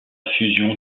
fusion